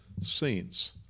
saints